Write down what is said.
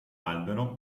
albero